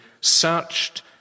searched